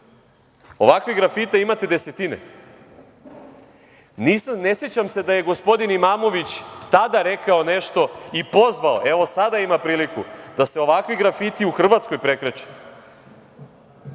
grafita imate desetine. Ne sećam se da je gospodin Imamović tada rekao nešto i pozvao, evo, sada ima priliku da se ovakvi grafiti u Hrvatskoj prekreče. Ono